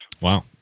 Wow